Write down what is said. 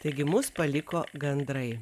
taigi mus paliko gandrai